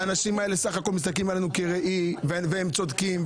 האנשים האלה בסך הכול מסתכלים עלינו כראי והם צודקים.